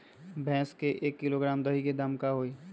भैस के एक किलोग्राम दही के दाम का होई?